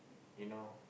you know